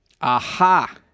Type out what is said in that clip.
Aha